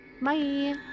Bye